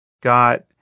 got